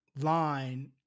line